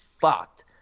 fucked